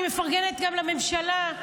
אני מפרגנת גם לממשלה,